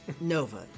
Nova